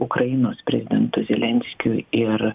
ukrainos prezidentu zelenskiu ir